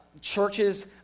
churches